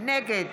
נגד